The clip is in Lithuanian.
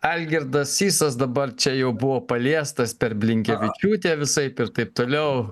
algirdas sysas dabar čia jau buvo paliestas per blinkevičiūtę visaip ir taip toliau